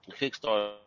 Kickstarter